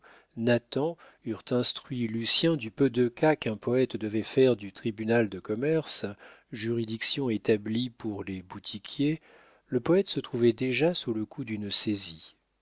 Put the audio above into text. nathan eurent instruit lucien du peu de cas qu'un poète devait faire du tribunal de commerce juridiction établie pour les boutiquiers le poète se trouvait déjà sous le coup d'une saisie